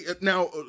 now